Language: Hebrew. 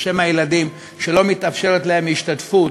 בשם הילדים שלא מתאפשרת להם השתתפות